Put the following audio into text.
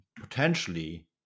potentially